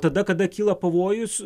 tada kada kyla pavojus